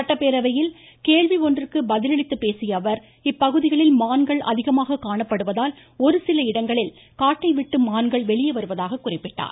சட்டப்பேரவையில் கேள்வி ஒன்றுக்கு பதிலளித்து பேசிய அவர் இப்பகுதிகளில் மான்கள் அதிகமாக காணப்படுவதால் ஒருசில இடங்களில் காட்டை விட்டு மான்கள் வெளியே வருவதாக கூறினார்